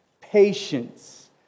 patience